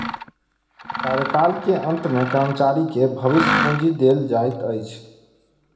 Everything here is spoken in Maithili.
कार्यकाल के अंत में कर्मचारी के भविष्य पूंजी देल जाइत अछि